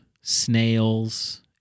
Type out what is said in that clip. snails